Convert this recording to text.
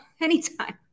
anytime